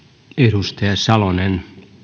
edustaja salonen on